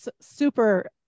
super